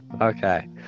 Okay